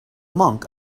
monk